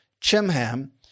Chimham